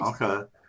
Okay